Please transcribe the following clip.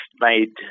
made